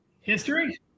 history